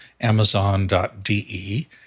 amazon.de